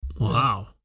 Wow